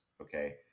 okay